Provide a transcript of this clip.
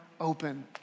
open